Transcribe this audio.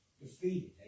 defeated